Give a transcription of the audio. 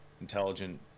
intelligent